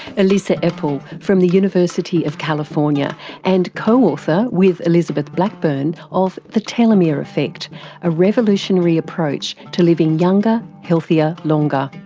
elissa epel from the university of california and co-author with elizabeth blackburn of the telomere effect a revolutionary approach to living younger, healthier, longer.